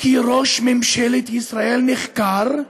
כי ראש ממשלת ישראל נחקר,